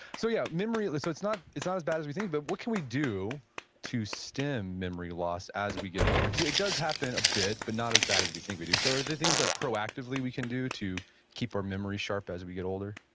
so yeah, memory, so it's not it's not as bad as we think. but what can we do to stem memory loss as we get older? because it does happen a bit, but not as bad as we think we do. so are there things like proactively we can do to keep our memory sharp as we get older?